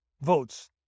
votes